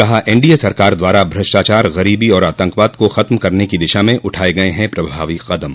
कहा एडीए सरकार द्वारा भ्रष्टाचार गरीबी और आतंकवाद को खत्म करने की दिशा में उठाये गये हैं प्रभावी कदम